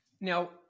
Now